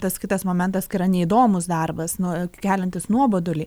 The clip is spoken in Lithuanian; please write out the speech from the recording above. tas kitas momentas kai yra neįdomus darbas nu keliantis nuobodulį